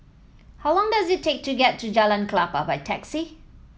how long does it take to get to Jalan Klapa by taxi